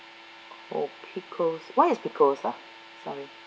oh pickles what is pickles ah sorry